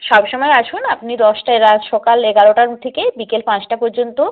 সবসময় আসুন আপনি দশটায় রাত সকাল এগারোটা থেকে বিকেল পাঁচটা পর্যন্ত